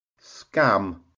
scam